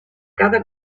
cada